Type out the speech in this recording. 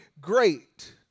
great